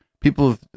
People